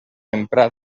emprat